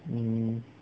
mm